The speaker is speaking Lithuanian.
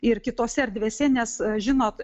ir kitose erdvėse nes žinot